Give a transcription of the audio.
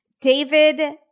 David